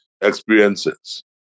experiences